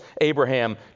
Abraham